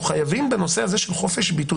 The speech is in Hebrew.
בנושא הזה של חופש ביטוי,